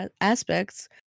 aspects